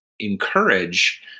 encourage